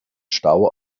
stau